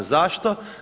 Zašto?